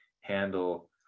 handle